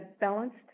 balanced